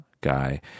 guy